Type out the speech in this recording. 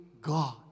God